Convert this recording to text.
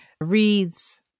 reads